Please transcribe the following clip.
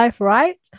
right